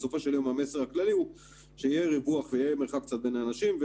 בסופו של יום המסר הכללי הוא שיהיה ריווח ויהיה מרחק קצת בין האנשים,